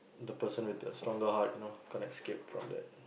the person with the stronger heart you know can't escape from that